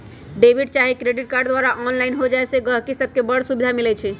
debit चाहे credit card द्वारा online हो जाय से गहकि सभके बड़ सुभिधा मिलइ छै